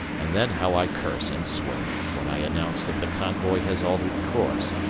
and then how i curse and swear when i announce that the convoy has altered course,